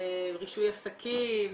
רישוי עסקים,